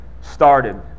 started